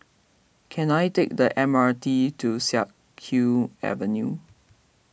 can I take the M R T to Siak Kew Avenue